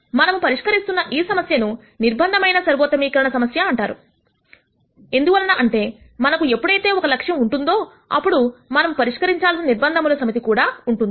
మనము పరిష్కరిస్తున్న ఈ సమస్యను నిర్బంధమైన సర్వోత్తమీకరణం సమస్య అంటారు ఎందువలన అంటే మనకు ఎప్పుడైతే ఒక లక్ష్యం వుంటుందో అప్పుడు మనము పరిష్కరించాల్సిన నిర్భంధముల సమితి కూడా ఉంటుంది